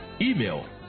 Email